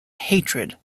hatred